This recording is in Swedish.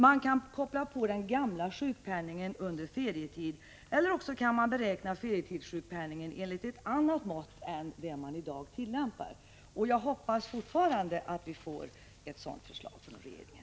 Man kan koppla på den gamla sjukpenningen under ferietid, eller också kan man beräkna ferietidssjukpenningen med ett annat mått än det man i dag tillämpar. — Jag hoppas fortfarande att vi får ett sådant förslag från regeringen.